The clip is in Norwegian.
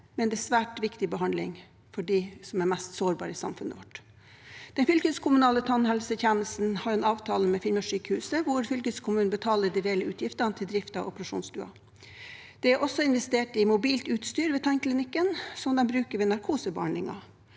men det er svært viktig behandling for dem som er mest sårbare i samfunnet vårt. Den fylkeskommunale tannhelsetjenesten har en avtale med Finnmarkssykehuset, hvor fylkeskommunen betalte de reelle utgiftene til drift av operasjonsstuen. Det er også investert i mobilt utstyr ved tannklinikken, som de bruker ved narkosebehandlingen.